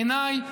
בעיניי,